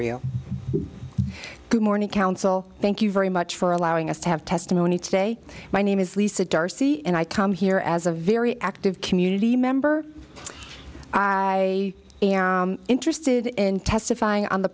rosario good morning counsel thank you very much for allowing us to have testimony today my name is lisa darcy and i come here as a very active community member i am interested in testifying on the